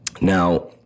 now